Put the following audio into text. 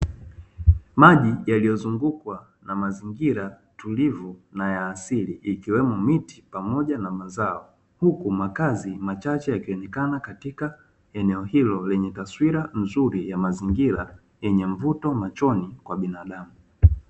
Maji yaliyozungukwa na mazingira tulivu na ya asili, ikiwemo miti pamoja na mazao; huku makazi machache yakionekana katika eneo hilo, lenye taswira nzuri ya mazingira yenye mvuto machoni kwa binadamu.